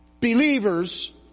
believers